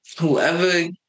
whoever